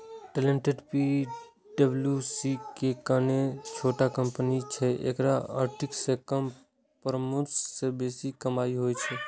Deloitte पी.डब्ल्यू.सी सं कने छोट कंपनी छै, एकरा ऑडिट सं कम परामर्श सं बेसी कमाइ होइ छै